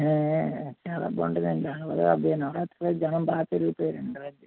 చాలా బాగుంటుంది అండి నవరాత్రి నవరాత్రులకి జనం బాగా పెరిగిపోయారండి